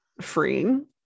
freeing